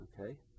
okay